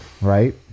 right